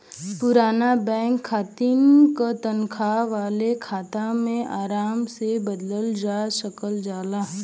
पुराना बैंक खाता क तनखा वाले खाता में आराम से बदलल जा सकल जाला